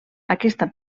aquesta